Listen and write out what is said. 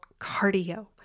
cardio